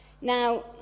Now